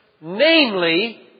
Namely